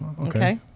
Okay